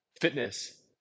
fitness